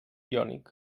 iònic